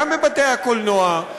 גם בבתי-הקולנוע,